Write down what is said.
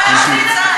ביטלו את המצעד,